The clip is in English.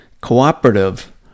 cooperative